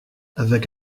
avec